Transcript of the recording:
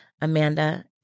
Amanda